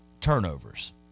turnovers